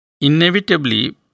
Inevitably